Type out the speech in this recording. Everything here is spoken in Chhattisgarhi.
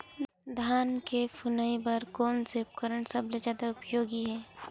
धान के फुनाई बर कोन से उपकरण सबले जादा उपयोगी हे?